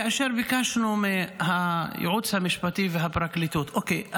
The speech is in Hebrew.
כאשר ביקשנו מהייעוץ המשפטי ומהפרקליטות: אוקיי,